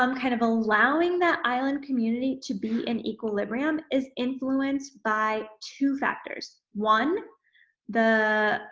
um kind of allowing that island community to be in equilibrium is influenced by two factors one the